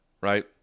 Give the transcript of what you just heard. right